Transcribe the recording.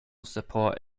support